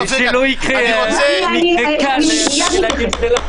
אני מיד מתייחסת.